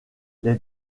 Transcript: les